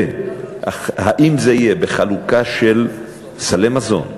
האם זה יהיה בחלוקה של סלי מזון,